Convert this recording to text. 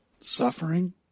suffering